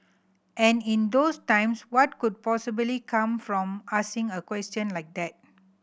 and in those times what could possibly come from asking a question like that